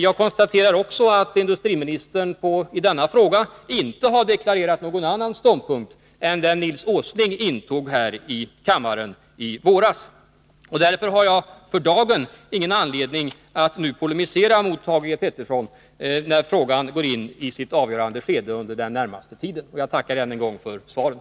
Jag konstaterar också att industriministern i denna fråga inte har deklarerat någon annan ståndpunkt än den Nils Åsling intog här i kammaren i våras. Jag har ingen anledning att för dagen polemisera mot Thage Peterson, eftersom frågan inom den närmaste tiden går in i sitt avgörande skede. Jag tackar än en gång för svaret.